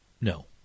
no